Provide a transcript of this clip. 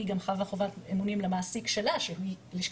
היא גם חבה חובת אמונים למעסיק שלה שהוא לשכת